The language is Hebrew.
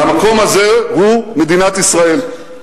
והמקום הזה הוא מדינת ישראל.